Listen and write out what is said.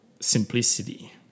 simplicity